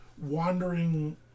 wandering